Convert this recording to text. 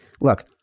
look